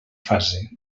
fase